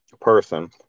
person